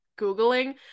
Googling